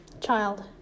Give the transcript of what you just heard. Child